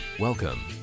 Welcome